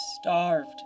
starved